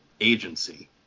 agency